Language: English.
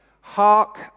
Hark